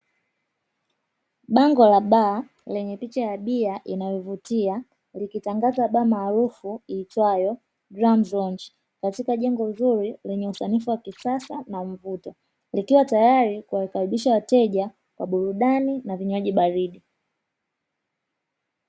Bango la baa lenye picha ya bia inayovutia, likitangaza baa maarufu iitwayo ''Drums lounge'', katika jengo zuri lenye usanifu wa kisasa na mvuto, likiwa tayari kuwakaribisha wateja kwa burudani na vinywaji baridi.